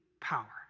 power